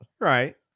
Right